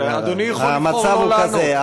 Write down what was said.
אדוני יכול לבחור לא לענות.